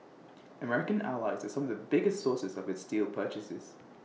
American allies are some of the biggest sources of its steel purchases